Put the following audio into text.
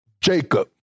Jacob